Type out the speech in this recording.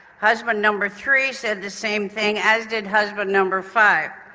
husband number three said the same thing, as did husband number five,